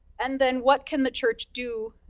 and then, what can the church do,